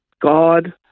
God